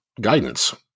guidance